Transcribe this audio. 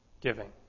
giving